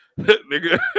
nigga